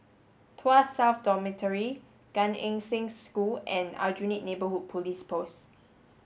Tuas South Dormitory Gan Eng Seng School and Aljunied Neighbourhood Police Post